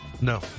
No